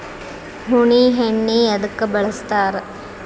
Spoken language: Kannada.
ಉಣ್ಣಿ ಎಣ್ಣಿ ಎದ್ಕ ಬಳಸ್ತಾರ್?